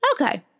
Okay